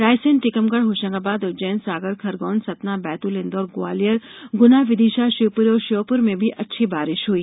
रायसेन टीकमगढ़ होशंगाबाद उज्जैन सागर खरगौन सतना बैतूल इंदौर ग्वालियर गुना विदिशाशिवपुरी और श्योपुर में भी अच्छी बारिश हुई